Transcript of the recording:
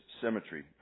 symmetry